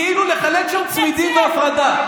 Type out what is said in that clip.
כאילו לחלק שם צמידים להפרדה.